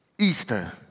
Easter